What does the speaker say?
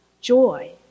joy